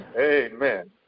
Amen